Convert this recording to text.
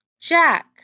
jack